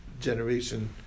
generation